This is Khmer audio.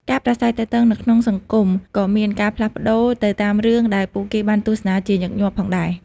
ការប្រាស្រ័យទាក់ទងគ្នានៅក្នុងសង្គមក៏មានការផ្លាស់ប្តូរទៅតាមរឿងដែលពួកគេបានទស្សនាជាញឹកញាប់ផងដែរ។